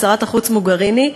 שרת החוץ מוגריני,